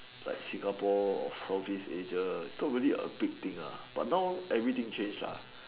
like Singapore or southeast Asia it's not really a big thing uh but now everything change lah